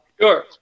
Sure